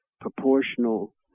proportional